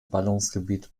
ballungsgebiet